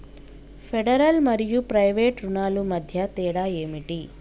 Federal మరియు private రుణాల మధ్య తేడా ఏమిటి?